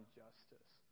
justice